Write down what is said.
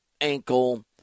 ankle